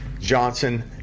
Johnson